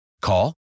Call